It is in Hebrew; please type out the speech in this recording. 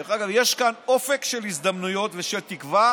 דרך אגב, יש כאן אופק של הזדמנויות ושל תקווה